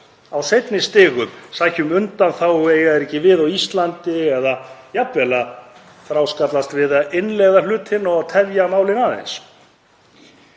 á seinni stigum, sótt um undanþágu því að eitthvað eigi ekki við á Íslandi eða jafnvel að þráskallast við að innleiða hlutina og tefja málin aðeins.